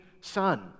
son